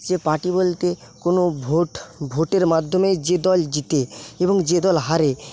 যে পার্টি বলতে কোনো ভোট ভোটের মাধ্যমে যে দল জেতে এবং যে দল হারে